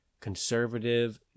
conservative